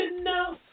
enough